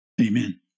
amen